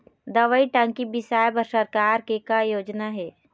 दवई टंकी बिसाए बर सरकार के का योजना हे?